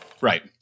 Right